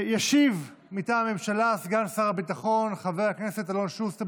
ישיב מטעם הממשלה סגן שר הביטחון חבר הכנסת אלון שוסטר.